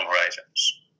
horizons